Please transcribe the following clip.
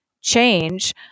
change